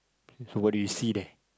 so what do you see there